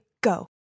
go